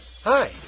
Hi